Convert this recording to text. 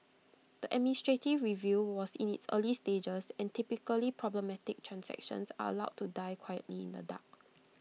the administrative review was in its early stages and typically problematic transactions are allowed to die quietly in the dark